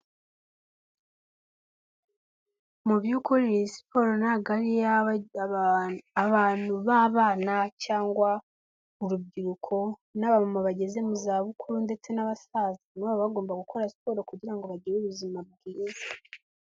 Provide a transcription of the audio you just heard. Mu by'ukuri siporo ntabwo ari iy'abantu b'abana cyangwa urubyiruko n’abamama bageze mu zabukuru ndetse n'abasaza, nabo baba bagomba gukora siporo kugira ngo bagire ubuzima bwiza.